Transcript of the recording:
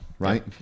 Right